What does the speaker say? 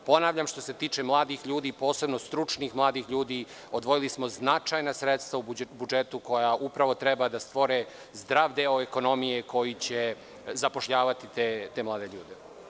Ponavljam, što se tiče mladih ljudi, posebno stručnih mladih ljudi, odvojili smo značajna sredstva u budžetu, koja upravo treba da stvore zdrav deo ekonomije koji će zapošljavati te mlade ljude.